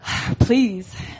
please